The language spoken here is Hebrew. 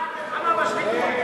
בעד מלחמה בשחיתות?